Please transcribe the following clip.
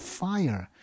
fire